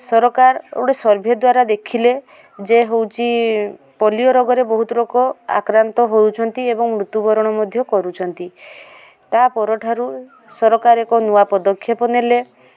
ସରକାର ଗୋଟେ ସର୍ଭେ ଦ୍ବାରା ଦେଖିଲେ ଯେ ହଉଛି ପୋଲିଓ ରୋଗରେ ବହୁତ ଲୋକ ଆକ୍ରାନ୍ତ ହଉଛନ୍ତି ଏବଂ ମୃତ୍ୟୁବରଣ ମଧ୍ୟ କରୁଛନ୍ତି ତାପର ଠାରୁ ସରକାର ଏକ ନୂଆ ପଦକ୍ଷେପ ନେଲେ